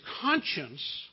conscience